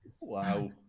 Wow